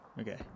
Okay